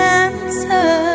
answer